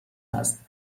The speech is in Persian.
هست